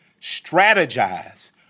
strategize